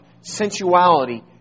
Sensuality